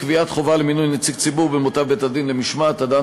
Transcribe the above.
קביעת חובה למינוי נציג ציבור במותב בית-הדין למשמעת הדן